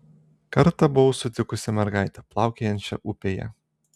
kartą buvau sutikusi mergaitę plaukiojančią upėje